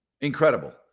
Incredible